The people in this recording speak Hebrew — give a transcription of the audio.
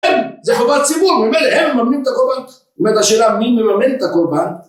זה חובת הציבור, ממילא הם מממנים את הקורבן. זאת אומרת השאלה מי מממן את הקורבן